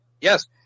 Yes